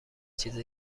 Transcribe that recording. چیز